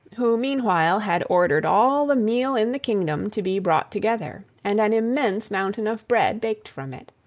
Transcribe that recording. who meanwhile had ordered all the meal in the kingdom to be brought together, and an immense mountain of bread baked from it.